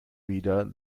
wieder